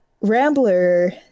Rambler